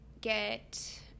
get